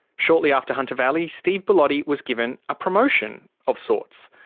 shortly after hunter valley, steve bellotti was given a promotion of sorts.